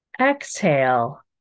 Exhale